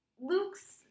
luke's